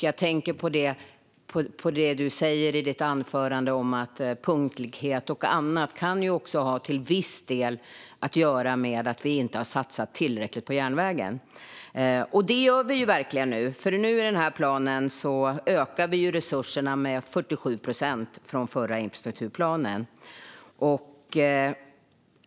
Jag tänker på det du, Jessika Roswall, sa i ditt anförande om att punktlighet och annat till viss del kan ha att göra med att vi inte har satsat tillräckligt på järnvägen. Det gör vi ju verkligen nu. I denna plan ökar vi resurserna med 47 procent från den förra infrastrukturplanen.